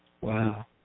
Wow